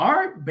Art